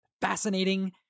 fascinating